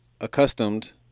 accustomed